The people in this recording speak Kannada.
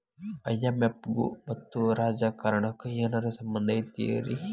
ಐ.ಎಂ.ಎಫ್ ಗು ಮತ್ತ ರಾಜಕಾರಣಕ್ಕು ಏನರ ಸಂಭಂದಿರ್ತೇತಿ?